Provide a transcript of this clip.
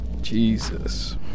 Jesus